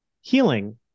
healing